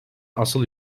asıl